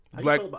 Black